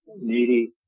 needy